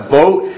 vote